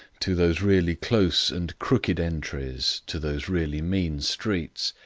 to those really close and crooked entries, to those really mean streets,